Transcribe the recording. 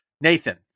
Nathan